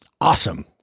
awesome